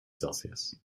celsius